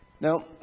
Now